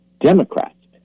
Democrats